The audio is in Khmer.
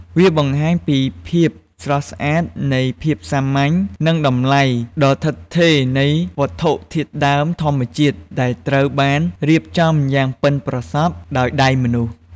វាបង្ហាញពីភាពស្រស់ស្អាតនៃភាពសាមញ្ញ និងតម្លៃដ៏ឋិតថេរនៃវត្ថុធាតុដើមធម្មជាតិដែលត្រូវបានរៀបចំយ៉ាងប៉ិនប្រសប់ដោយដៃមនុស្ស។